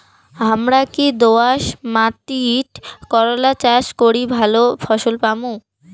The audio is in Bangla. হামরা কি দোয়াস মাতিট করলা চাষ করি ভালো ফলন পামু?